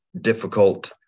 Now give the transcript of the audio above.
difficult